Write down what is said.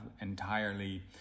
entirely